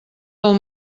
del